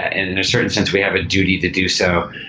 and in a certain sense, we have a duty to do so.